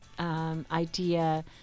Idea